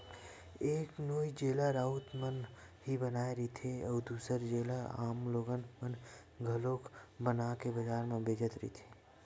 एक नोई जेला राउते मन ही बनाए रहिथे, अउ दूसर जेला आम लोगन मन घलोक बनाके बजार म बेचत रहिथे